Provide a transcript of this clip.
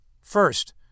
First